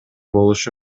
болушу